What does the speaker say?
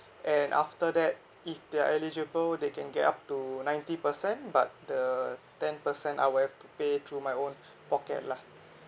and after that if they are eligible they can get up to ninety percent but the ten percent I will have to pay through my own pocket lah